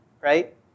Right